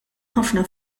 ħafna